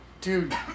Dude